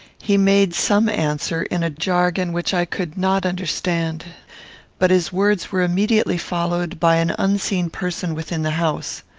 he made some answer, in a jargon which i could not understand but his words were immediately followed by an unseen person within the house